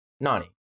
Nani